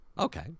Okay